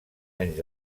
anys